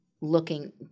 looking